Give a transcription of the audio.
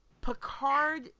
Picard